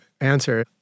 answer